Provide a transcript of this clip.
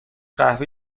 قهوه